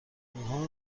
آنها